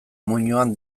muinoan